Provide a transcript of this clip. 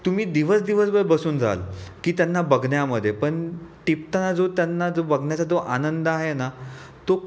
तुम्ही दिवस दिवसभर बसून जाल की त्यांना बघण्यामध्ये पण टिपताना जो त्यांना बघण्याचा जो आनंद आहे ना तो